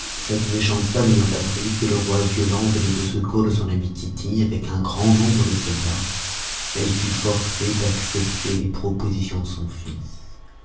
cette méchante femme ayant appris que le roi violent venait au secours de son ami tity avec un grand nombre de soldats elle fut forcée d'accepter les propositions de son fils